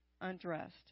undressed